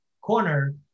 corner